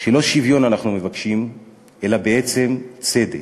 שלא שוויון אנחנו מבקשים אלא בעצם צדק.